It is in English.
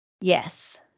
Yes